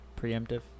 Preemptive